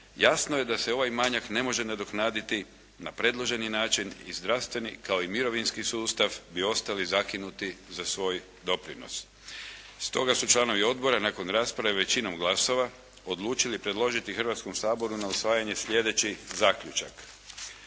jasno je da se ovaj manjak ne može nadoknaditi na predloženi način i zdravstveni kao i mirovinski sustav bi ostali zakinuti za svoj doprinos. Stoga su članovi odbora nakon rasprave većinom glasova odlučili predložiti Hrvatskom saboru na usvajanje slijedeći zaključak: